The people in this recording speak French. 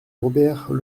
robert